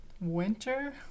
winter